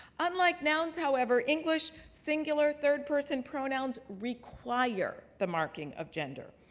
unlike nouns, however, english singular third person pronouns require the marking of gender.